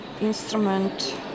instrument